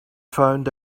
found